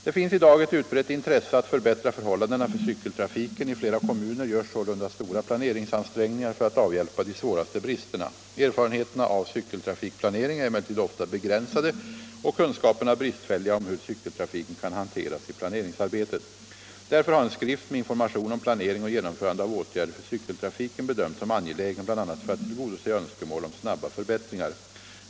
"Det finns i dag ett utbrett intresse att förbättra förhållandena för cykeltrafiken. I flera kommuner görs sålunda stora planeringsansträngningar för att avhjälpa de svåraste bristerna. Erfarenheterna av cykeltrafikplanering är emellertid ofta begränsade och kunskaperna bristfälliga om hur cykeltrafiken kan hanteras i planeringsarbetet. Därför har en skrift med information om planering och genomförande av åtgärder för cykeltrafiken bedömts som angelägen bl.a. för att tillgodose önskemål om snabba förbättringar.